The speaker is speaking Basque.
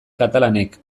katalanek